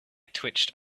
twitched